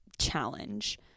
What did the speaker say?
challenge